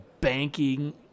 banking